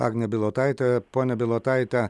agnė bilotaitė ponia bilotaite